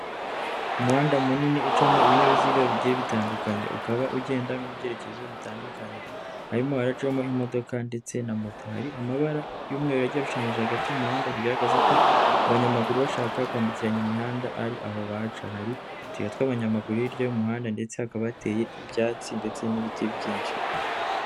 Umuhanda munini ucamo ibinyabiziga bigiye bitandukanye, ukaba ugenda mu byerekezo bitandukanye, harimo haracamo imodoka ndetse na moto, hari amabara y'umweru agiye ashushanyije hagati mu muhanda, bigaragaza ko abanyamaguru bashaka kwambukiranya imihanda ari aho baca, hari utuyira tw'abanyamaguru, hirya y'umuhanda ndetse hakaba hateye ibyatsi ndetse n'ibiti byinshi.